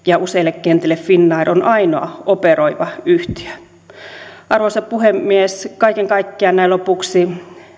ja useille kentille finnair on ainoa operoiva yhtiö arvoisa puhemies kaiken kaikkiaan näin lopuksi